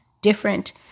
different